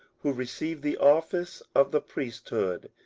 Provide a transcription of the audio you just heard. who receive the office of the priesthood,